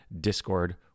Discord